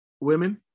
Women